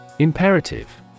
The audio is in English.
Imperative